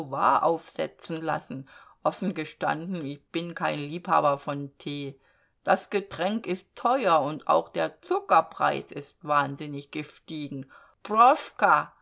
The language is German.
aufsetzen lassen offen gestanden ich bin kein liebhaber von tee das getränk ist teuer und auch der zuckerpreis ist wahnsinnig gestiegen